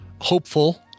hopeful